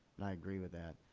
and i agree with that.